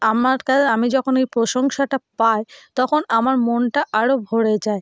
আমার আমি যখন এই প্রশংসাটা পাই তখন আমার মনটা আরও ভরে যায়